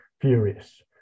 furious